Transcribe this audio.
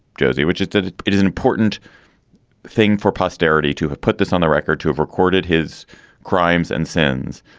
josie, which is that it is an important thing for posterity to have put this on the record, to have recorded his crimes and sins.